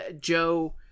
Joe